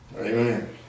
Amen